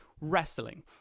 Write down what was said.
wrestling